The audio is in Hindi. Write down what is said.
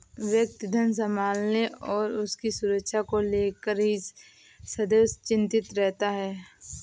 व्यक्ति धन संभालने और उसकी सुरक्षा को लेकर ही सदैव चिंतित रहता है